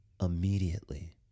immediately